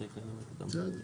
בסדר.